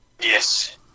Yes